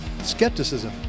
skepticism